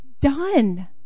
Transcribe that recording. done